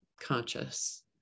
conscious